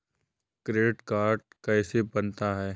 Credit card कैसे बनता है?